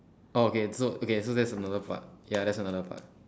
oh okay so okay so that's another part ya that's another part